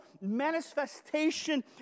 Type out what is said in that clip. manifestation